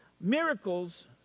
Miracles